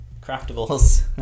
craftables